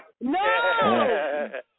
No